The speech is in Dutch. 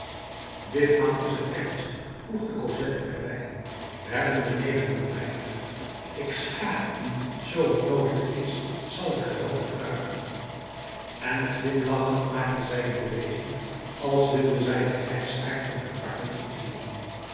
ditmaal is het ernst voegde cosette er bij we hebben beneden een rijtuig ik schaak u zoo het noodig is zal ik geweld gebruiken en glimlachend maakte zij een beweging als wilde zij den grijsaard in haar armen optillen